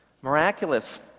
miraculous